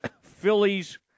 Phillies